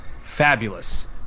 Fabulous